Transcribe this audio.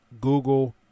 Google